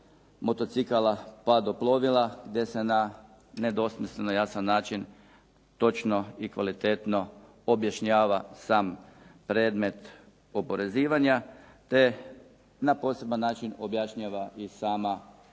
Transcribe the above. motocikala pa do plovila te se na nedvosmisleno jasan način točno i kvalitetno objašnjava sam predmet oporezivanja, te na poseban način objašnjava i sama porezna